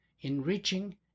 enriching